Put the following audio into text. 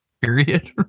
Period